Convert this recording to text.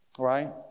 Right